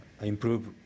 improve